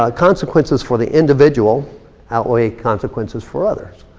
ah consequences for the individual outweigh consequences for others.